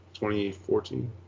2014